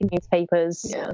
newspapers